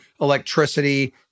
electricity